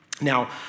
Now